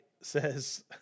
says